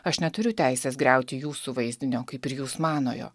aš neturiu teisės griauti jūsų vaizdinio kaip ir jūs manojo